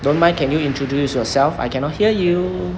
don't mind can you introduce yourself I cannot hear you